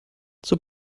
zur